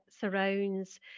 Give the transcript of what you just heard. surrounds